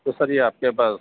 تو سر یہ آپ کے پاس